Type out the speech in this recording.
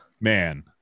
man